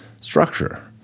structure